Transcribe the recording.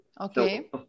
Okay